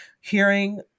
hearing